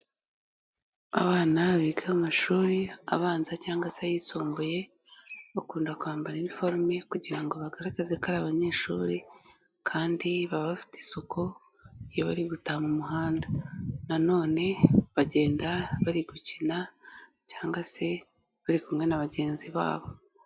Abana biga mu mashuri abanza cyangwa se ayisumbuye bakunda kwambara iniforume kugira ngo bagaragaze ko ari abanyeshuri kandi baba bafite isuku iyo bari gutaha mu muhanda, nanone bagenda bari gukina cyangwa se bari kumwe na bagenzi babo.